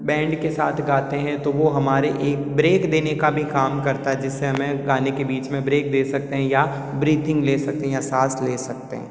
band के साथ गाते हैं तो वो हमारे एक ब्रेक देने का भी काम करता है जिससे हमें गाने के बीच में ब्रेक दे सकते हैं या ब्रिथिंग ले सकते या साँस ले सकते हैं